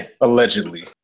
allegedly